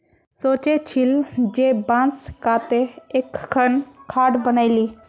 सोचे छिल जे बांस काते एकखन खाट बनइ ली